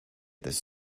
this